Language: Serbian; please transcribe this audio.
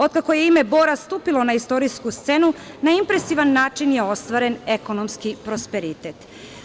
Od kako je ime Bora stupilo na istorijsku scenu, na impresivan način je ostvaren ekonomski prosperitet.